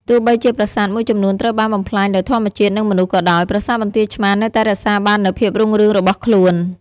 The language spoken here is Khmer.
ទោះបីជាប្រាសាទមួយចំនួនត្រូវបានបំផ្លាញដោយធម្មជាតិ និងមនុស្សក៏ដោយ ប្រាសាទបន្ទាយឆ្មារនៅតែរក្សាបាននូវភាពរុងរឿងរបស់ខ្លួន។